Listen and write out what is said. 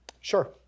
Sure